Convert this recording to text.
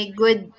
good